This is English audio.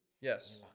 yes